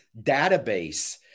database